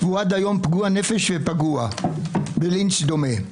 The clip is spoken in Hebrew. והוא עד היום פגוע נפש ופגוע בלינץ' דומה.